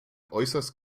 äußerst